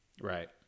Right